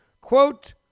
quote